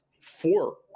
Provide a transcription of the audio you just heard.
four